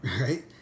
right